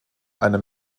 eine